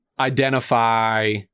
identify